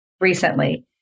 recently